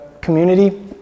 community